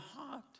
heart